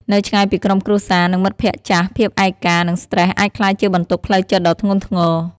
នៅឆ្ងាយពីក្រុមគ្រួសារ និងមិត្តភក្តិចាស់ ភាពឯកា និងស្ត្រេសអាចក្លាយជាបន្ទុកផ្លូវចិត្តដ៏ធ្ងន់ធ្ងរ ។